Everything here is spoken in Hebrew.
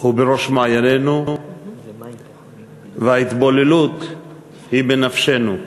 הוא בראש מעיינינו וההתבוללות היא בנפשנו.